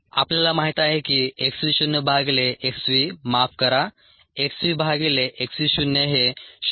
आपल्या माहित आहे की x v शुन्य भागिले x v माफ करा x v भागिले x v शून्य हे 0